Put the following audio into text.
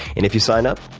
if you sign up,